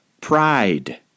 Pride